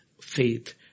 faith